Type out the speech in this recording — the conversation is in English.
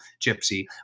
Gypsy